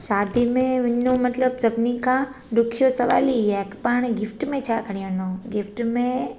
शादी में वञूं मतलबु सभिनी खां ॾुखियो सवाल ई आहे की पाणि गिफ़्ट में छा खणी वञूं गिफ़्ट में